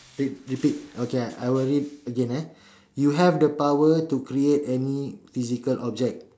said repeat okay I I will read again ah you have the power to create any physical object